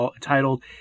titled